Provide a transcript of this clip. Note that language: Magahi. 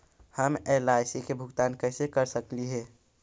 हम एल.आई.सी के भुगतान कैसे कर सकली हे?